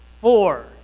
four